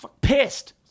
Pissed